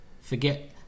forget